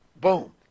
boom